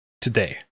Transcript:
today